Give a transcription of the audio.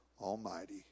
Almighty